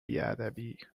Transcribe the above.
بیادبی